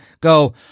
go